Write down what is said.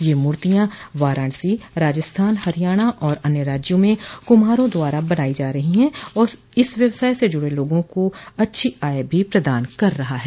ये मूर्तियां वाराणसी राजस्थान हरियाणा और अन्य राज्यों में कुम्हारों द्वारा बनाई जा रही है और इस व्यवसाय से जुडे लोगों को अच्छी आय भी प्रदान कर रहा है